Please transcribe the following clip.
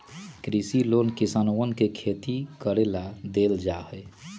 कृषि लोन किसनवन के खेती करे ला देवल जा हई